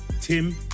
Tim